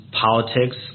politics